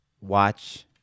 watch